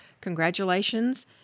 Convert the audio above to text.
congratulations